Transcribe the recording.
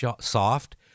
soft